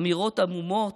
אמירות עמומות,